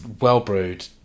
well-brewed